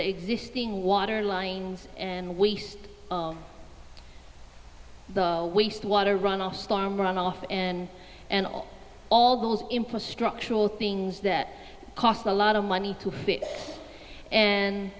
the existing water lines and waste the waste water runoff storm runoff and and all those infrastructural things that cost a lot of money to fix and